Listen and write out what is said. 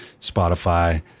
Spotify